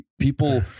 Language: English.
people